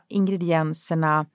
ingredienserna